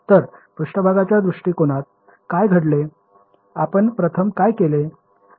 तर पृष्ठभागाच्या दृष्टिकोनात काय घडले आपण प्रथम काय केले